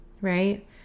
right